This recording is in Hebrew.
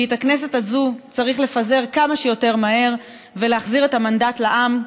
כי את הכנסת הזאת צריך לפזר כמה שיותר מהר ולהחזיר את המנדט לעם.